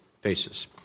faces